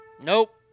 Nope